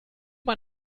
man